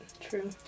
true